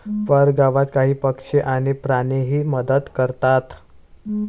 परगावात काही पक्षी आणि प्राणीही मदत करतात